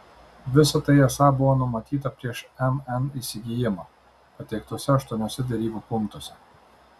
visa tai esą buvo numatyta prieš mn įsigijimą pateiktuose aštuoniuose derybų punktuose